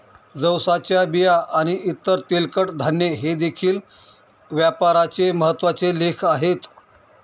जवसाच्या बिया आणि इतर तेलकट धान्ये हे देखील व्यापाराचे महत्त्वाचे लेख आहेत